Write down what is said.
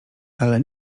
ale